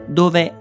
dove